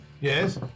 Yes